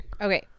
okay